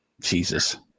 Jesus